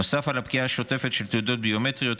נוסף על הפקיעה השוטפת של תעודות ביומטריות,